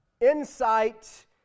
insight